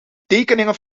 tekeningen